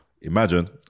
imagine